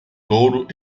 touro